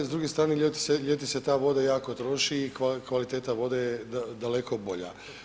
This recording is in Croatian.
S druge strane ljeti se ta voda jako troši i kvaliteta vode je daleko bolja.